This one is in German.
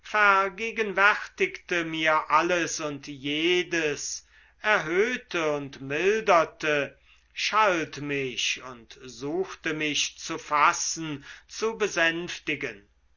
vergegenwärtigte mir alles und jedes erhöhte und milderte schalt mich und suchte mich zu fassen zu besänftigen